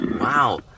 Wow